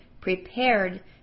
prepared